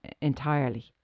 entirely